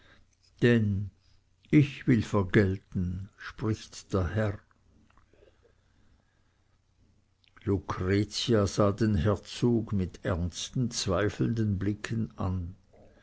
denn ich will vergelten spricht der herr lucretia sah den herzog mit ernsten zweifelnden blicken an